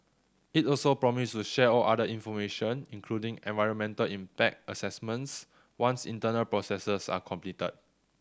it also promised to share all other information including environmental impact assessments once internal processes are completed